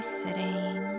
sitting